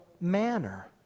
manner